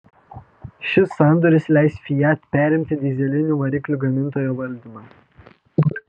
šis sandoris leis fiat perimti dyzelinių variklių gamintojo valdymą